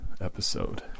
episode